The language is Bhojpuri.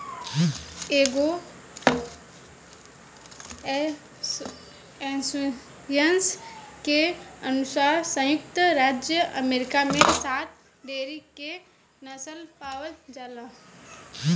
एगो एसोसिएशन के अनुसार संयुक्त राज्य अमेरिका में सात डेयरी के नस्ल पावल जाला